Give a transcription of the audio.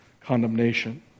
condemnation